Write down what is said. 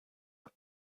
have